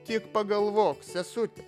tik pagalvok sesute